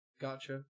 Gotcha